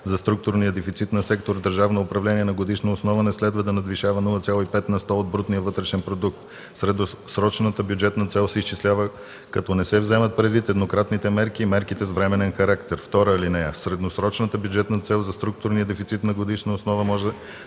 за структурния дефицит на сектор „Държавно управление” на годишна основа не следва да надвишава 0,5 на сто от брутния вътрешен продукт. Средносрочната бюджетна цел се изчислява, като не се вземат предвид еднократните мерки и мерките с временен характер. (2) Средносрочната бюджетна цел за структурния дефицит на годишна основа може да